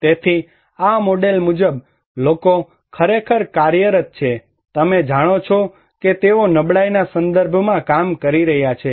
તેથી આ મોડેલ મુજબ લોકો ખરેખર કાર્યરત છે તમે જાણો છો કે તેઓ નબળાઈના સંદર્ભમાં કામ કરી રહ્યા છે